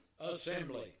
assembly